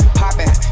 popping